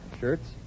shirts